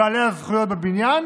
מבעלי הזכויות בבניין,